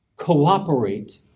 cooperate